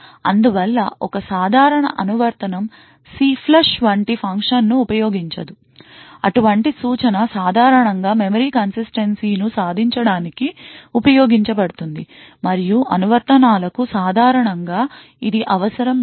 అందువల్ల ఒక సాధారణ అనువర్తనం CLFLUSH వంటి ఫంక్షన్ను ఉపయోగించదు అటువంటి సూచన సాధారణం గా మెమరీ కన్సిస్టెన్సీను సాధించడానికి ఉపయోగించబడుతుంది మరియు అనువర్తనాలకు సాధారణం గా ఇది అవసరం లేదు